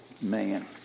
man